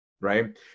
right